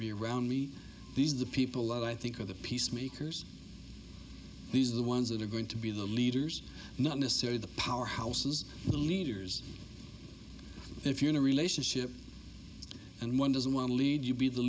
be around me these are the people that i think are the peacemakers these are the ones that are going to be the leaders not necessary the powerhouses the leaders if you're in a relationship and one doesn't want to lead you be the